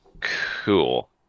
cool